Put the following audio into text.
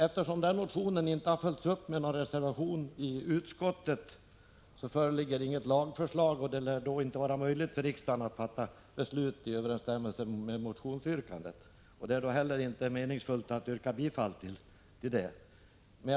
Eftersom denna motion inte har följts upp av någon reservation i utskottet, föreligger inget lagförslag, och det lär då inte vara möjligt för riksdagen att fatta beslut i överensstämmelse med motionsyrkandet. Det är under sådana förhållanden inte heller meningsfullt att yrka bifall till detta.